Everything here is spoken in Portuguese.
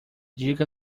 diga